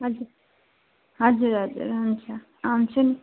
हजुर हजुर हजुर हुन्छ आउँछु नि